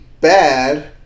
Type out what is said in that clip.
bad